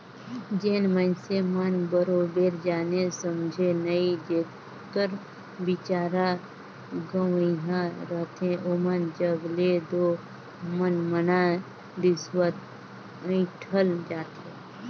जेन मइनसे मन बरोबेर जाने समुझे नई जेकर बिचारा गंवइहां रहथे ओमन जग ले दो मनमना रिस्वत अंइठल जाथे